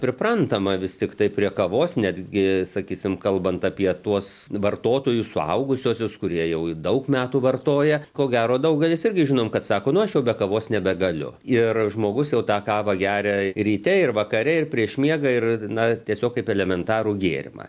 priprantama vis tiktai prie kavos netgi sakysim kalbant apie tuos vartotojų suaugusiuosius kurie jau daug metų vartoja ko gero daugelis irgi žinom kad sako nu aš jau be kavos nebegaliu ir žmogus jau tą kavą geria ryte ir vakare ir prieš miegą ir na tiesiog kaip elementarų gėrimą